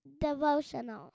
devotional